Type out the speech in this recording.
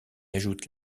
ajoute